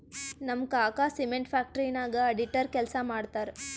ನಮ್ ಕಾಕಾ cement factory ನಾಗ್ ಅಡಿಟರ್ ಕೆಲ್ಸಾ ಮಾಡ್ತಾರ್